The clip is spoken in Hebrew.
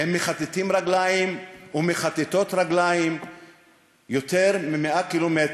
הם מכתתים רגליים ומכתתות רגליים יותר מ-100 ק"מ,